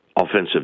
offensive